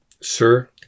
Sir